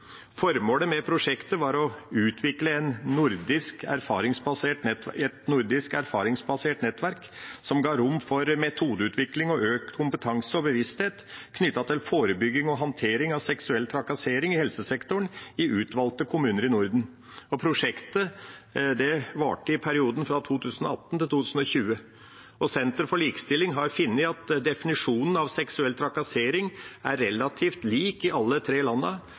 Formålet med prosjektet var å utvikle et nordisk erfaringsbasert nettverk som ga rom for metodeutvikling og økt kompetanse og bevissthet knyttet til forebygging og håndtering av seksuell trakassering i helsesektoren i utvalgte kommuner i Norden. Prosjektet varte i perioden 2018–2020. Senter for likestilling har funnet at definisjonen av seksuell trakassering er relativt lik i alle de tre